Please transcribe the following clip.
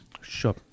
Sure